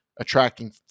attracting